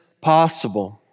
possible